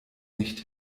nicht